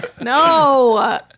No